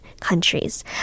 countries